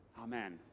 Amen